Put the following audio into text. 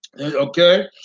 Okay